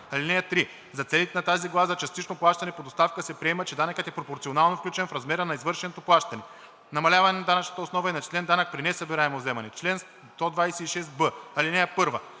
част. (3) За целите на тази глава за „частично плащане по доставка“ се приема, че данъкът е пропорционално включен в размера на извършеното плащане. Намаляване на данъчна основа и начислен данък при несъбираемо вземане Чл. 126б. (1)